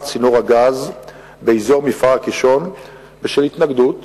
צינור הגז באזור מפער הקישון בשל התנגדות